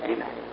Amen